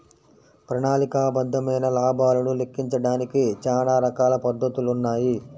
ప్రణాళికాబద్ధమైన లాభాలను లెక్కించడానికి చానా రకాల పద్ధతులున్నాయి